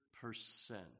percent